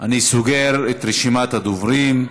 אני סוגר את רשימת הדוברים.